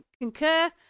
concur